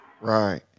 Right